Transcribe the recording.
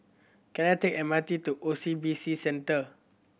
can I take M R T to O C B C Centre